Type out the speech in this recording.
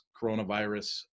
coronavirus